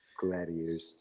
Gladiators